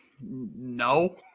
No